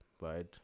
right